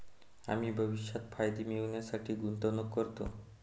आम्ही भविष्यात फायदे मिळविण्यासाठी गुंतवणूक करतो